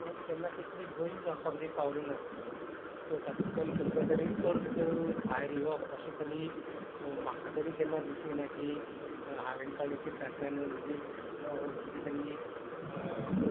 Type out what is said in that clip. पूण केन्ना कितलीं बरीं जावपाक तीं पावलीं नासलीं सो तातुंतल्यान खंयचो तरी अर्थ भायर येवप अशें तरी म्हाका तरी केन्ना दिसलें ना की हांवेन काडलें चित्रांतल्यान म्हणजे कितें तरी